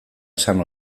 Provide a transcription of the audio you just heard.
esan